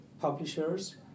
publishers